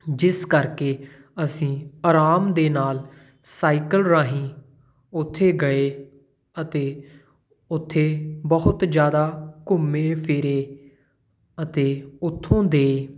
ਜਿਸ ਕਰਕੇ ਅਸੀਂ ਆਰਾਮ ਦੇ ਨਾਲ ਸਾਈਕਲ ਰਾਹੀਂ ਉੱਥੇ ਗਏ ਅਤੇ ਉੱਥੇ ਬਹੁਤ ਜ਼ਿਆਦਾ ਘੁੰਮੇ ਫਿਰੇ ਅਤੇ ਉੱਥੋਂ ਦੇ